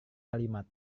kalimat